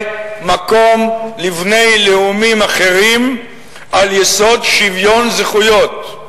מקום לבני לאומים אחרים על יסוד שוויון זכויות.